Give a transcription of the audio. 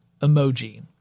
emoji